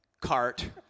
cart